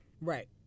Right